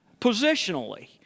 Positionally